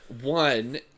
One